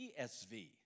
ESV